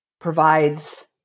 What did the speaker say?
provides